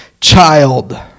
child